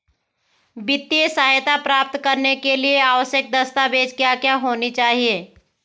वित्तीय सहायता प्राप्त करने के लिए आवश्यक दस्तावेज क्या क्या होनी चाहिए?